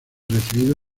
recibido